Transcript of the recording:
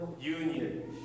union